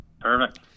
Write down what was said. Perfect